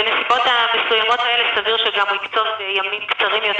בנסיבות המסוימות האלה סביר שגם הוא יקצוב ימים קצרים יותר